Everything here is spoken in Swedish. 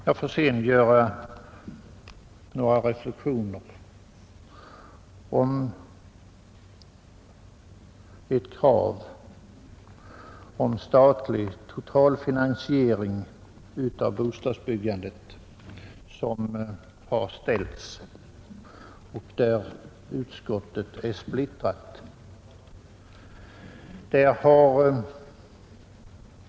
Jag vill sedan göra några reflexioner om det krav som framställts på statlig totalfinansiering av bostadsbyggandet. På den punkten är utskottet splittrat.